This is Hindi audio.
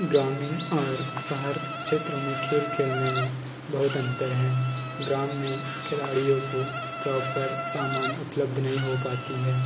ग्रामीण और शहर क्षेत्र में खेल खेलने में बहुत अंतर है ग्राम में खिलाड़ियों को प्रॉपर सामान उपलब्ध नहीं हो पाती है